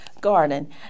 garden